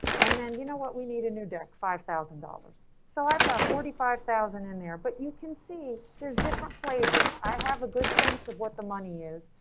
and then you know what we need a new deck, five thousand dollars. so i've got forty five thousand in there, but you can see there's different flavors. i have a good sense of what the money is.